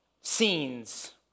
scenes